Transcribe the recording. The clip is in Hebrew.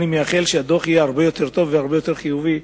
אני מייחל שהדוח יהיה הרבה יותר טוב והרבה יותר חיובי,